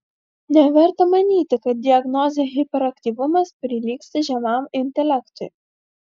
neverta manyti kad diagnozė hiperaktyvumas prilygsta žemam intelektui